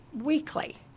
weekly